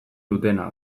dutena